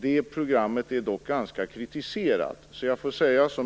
Det programmet är dock ganska kritiserat.